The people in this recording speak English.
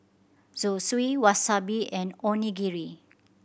Zosui Wasabi and Onigiri